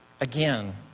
again